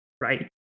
right